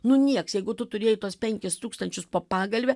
nu nieks jeigu tu turėjai tuos penkis tūkstančius po pagalve